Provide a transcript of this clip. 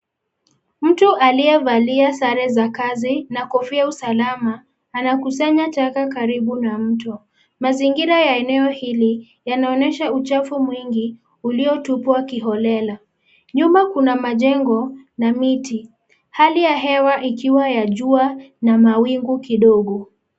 Mtu aliyevalia sare za kazi na kofia usalama, anakusanya taka karibu na mto. Mazingira ya eneo hili, yanaonyesha uchafu mwingi uliotupwa kiholela. Nyuma kuna majengo na miti, hali ya hewa ikiwa yajua na mawingu kidogo.